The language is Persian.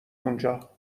اونجا